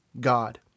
God